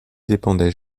dépendait